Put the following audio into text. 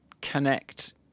connect